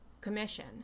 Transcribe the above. Commission